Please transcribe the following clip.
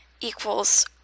equals